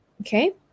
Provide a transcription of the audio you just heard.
Okay